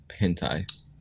hentai